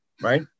right